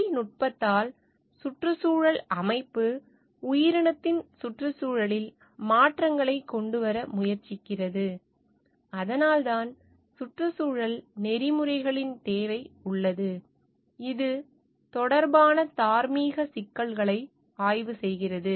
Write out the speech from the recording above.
தொழில்நுட்பத்தால் சுற்றுச்சூழல் அமைப்பு உயிரினத்தின் சுற்றுச்சூழலில் மாற்றங்களைக் கொண்டுவர முயற்சிக்கிறது அதனால்தான் சுற்றுச்சூழல் நெறிமுறைகளின் தேவை உள்ளது இது இது தொடர்பான தார்மீக சிக்கல்களை ஆய்வு செய்கிறது